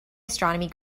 astronomy